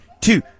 two